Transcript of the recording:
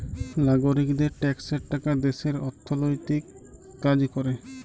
লাগরিকদের ট্যাক্সের টাকা দ্যাশের অথ্থলৈতিক কাজ ক্যরে